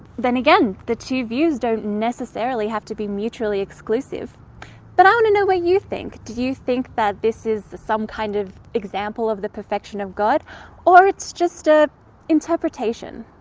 then again, the two views don't necessarily have to be mutually exclusive but i want to know what you think. do you think that this is some kind of example of the perfection of god or it's just a interpretation?